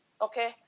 Okay